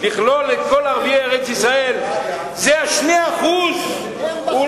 לכלול את כל ערביי ארץ-ישראל, זה 2% מולנו.